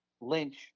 lynch